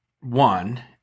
one